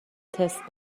تست